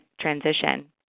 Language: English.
transition